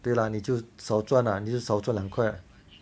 对啦你就少赚啦你就少赚两块